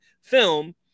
film